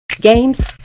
Games